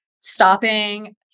stopping